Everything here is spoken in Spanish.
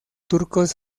turcos